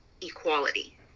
equality